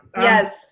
Yes